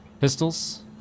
pistols